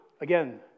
again